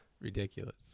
ridiculous